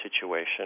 situation